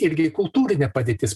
irgi kultūrinė padėtis